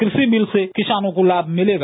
कृषि बिल से किसानों को लाभ मिलेगा